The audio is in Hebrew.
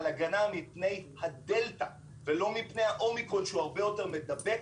הם מדברים על הגנה מפני הדלתא ולא מפני האומיקרון שהוא הרבה יותר מדבק,